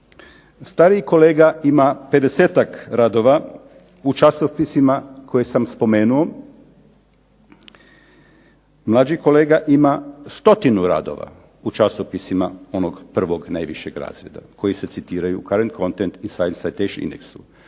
Stariji kolega ima 50-tak radova u časopisima koje sam spomenuo, mlađi kolega ima 100 radova u časopisima onog prvog najvišeg razreda koji se citiraju u …/Govornik govori engleski, ne